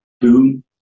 boom